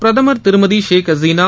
பிரதமர் திருமதி ஷேக் ஹசீனா